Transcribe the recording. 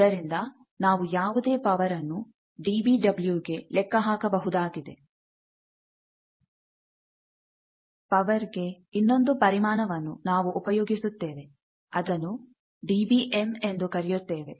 ಇದರಿಂದ ನಾವು ಯಾವುದೇ ಪವರ್ ಅನ್ನು ಡಿಬಿ ಡಬ್ಲ್ಯೂ ಗೆ ಲೆಕ್ಕ ಹಾಕಬಹುದಾಗಿದೆ ಪವರ್ ಗೆ ಇನ್ನೊಂದು ಪರಿಮಾಣವನ್ನು ನಾವು ಉಪಯೋಗಿಸುತ್ತೇವೆ ಅದನ್ನು ಡಿಬಿಎಮ್ ಎಂದು ಕರೆಯುತ್ತೇವೆ